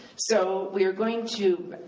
so we are going to